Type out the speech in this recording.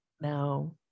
Now